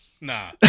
Nah